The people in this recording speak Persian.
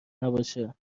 نباشه